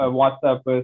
WhatsApp